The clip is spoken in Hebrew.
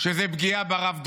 זאת פגיעה ברב דרוקמן.